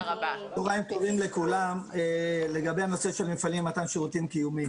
הנושא של מפעלים למתן שירותים קיומיים